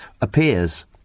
appears